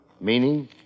Meaning